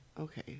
Okay